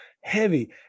heavy